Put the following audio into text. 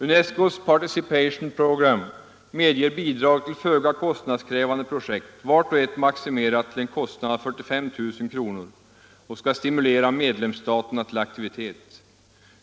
UNESCO:s Participation Programme medger bidrag till föga kostnadskrävande projekt, vart och ett maximerat till en kostnad av 45 000 kr., och skall stimulera medlemsstaterna till aktivitet.